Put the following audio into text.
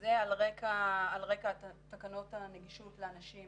זה על רקע תקנות הנגישות לאנשים